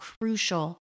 crucial